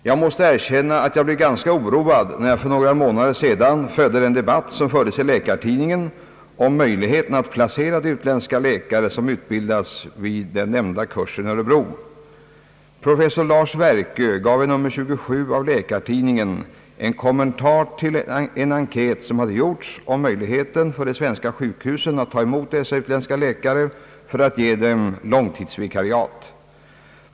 Jag måste erkänna att jag blev ganska oroad, när jag för några månader sedan följde den debatt som fördes i Läkartidningen om möjligheterna att placera de utländska läkare som utbildas vid den nämnda kursen i Örebro. Professor Lars Werkö gav i nr 27 av Läkartidningen en kommentar till en enkät som gjorts om möjligheten för de svenska sjukhusen att ta emot dessa utländska läkare för att ge dem långtidsvikariat.